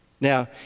Now